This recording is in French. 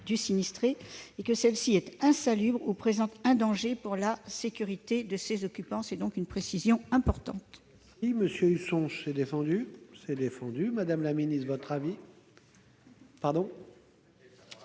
du sinistré, et que celle-ci est insalubre ou présente un danger pour la sécurité de ses occupants. Cette précision est importante.